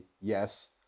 Yes